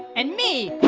and me,